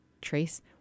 trace